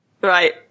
Right